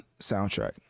soundtrack